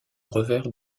revers